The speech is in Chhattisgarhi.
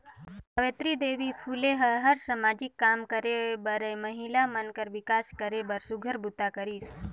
सावित्री देवी फूले ह हर सामाजिक काम करे बरए महिला मन कर विकास करे बर सुग्घर बूता करिस